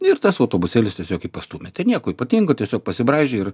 ir tas autobusėlis tiesiog jį pastūmė ten nieko ypatingo tiesiog pasibraižė ir